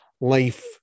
life